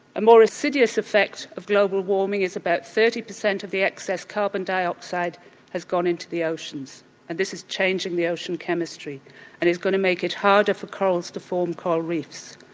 a more acidious effect of global warming is about thirty percent of the excess carbon dioxide has gone into the oceans and this is changing the ocean chemistry and is going to make it harder for corals to form coral reefs.